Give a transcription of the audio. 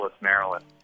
Maryland